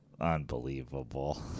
Unbelievable